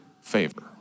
favor